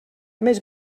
més